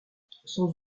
sans